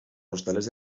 postales